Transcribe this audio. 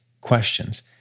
questions